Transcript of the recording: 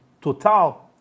Total